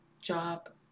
job